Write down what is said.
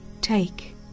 take